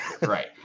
right